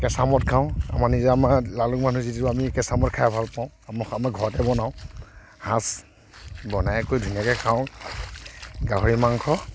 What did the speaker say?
কেঁচা মদ খাওঁ আমাৰ নিজে আমাৰ লালুং মানুহ যিটো আমি কেঁচা মদ খাই ভালপাওঁ আমা আমা ঘৰতে বনাওঁ সাজ বনাই কৰি ধুনীয়াকৈ খাওঁ গাহৰি মাংস